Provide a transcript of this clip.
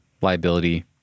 liability